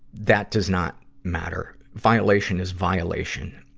that does not matter. violation is violation,